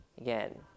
Again